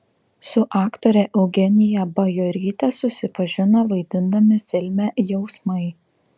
su aktore eugenija bajoryte susipažino vaidindami filme jausmai